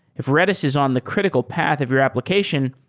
if redis is on the critical path of your application,